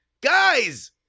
Guys